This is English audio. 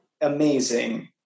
amazing